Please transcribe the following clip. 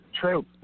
True